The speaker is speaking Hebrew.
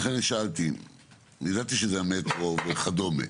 ידעתי שזה המטרו וכדומה.